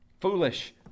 Foolish